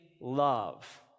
love